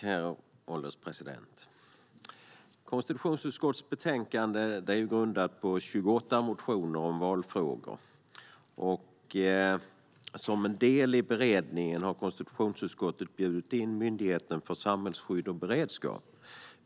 Herr ålderspresident! Konstitutionsutskottets betänkande är grundat på 28 motioner om valfrågor. Som en del i beredningen har konstitutionsutskottet bjudit in Myndigheten för samhällsskydd och beredskap.